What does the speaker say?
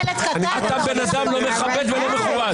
אתה בן אדם לא מכבד ולא מכובד.